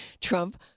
trump